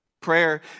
Prayer